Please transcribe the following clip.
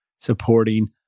supporting